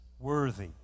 Worthy